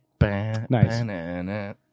Nice